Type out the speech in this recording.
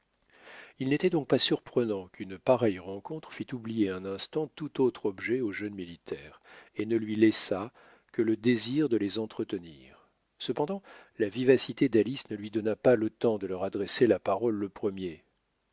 il n'était donc pas surprenant qu'une pareille rencontre fît oublier un instant tout autre objet au jeune militaire et ne lui laissât que le désir de les entretenir cependant la vivacité d'alice ne lui donna pas le temps de leur adresser la parole le premier